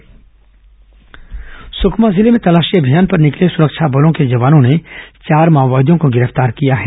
माओवादी गिरफ्तार सुकमा जिले में तलाशी अभियान पर निकले सुरक्षा बलों के जवानों ने चार माओवादियों को गिरफ्तार किया है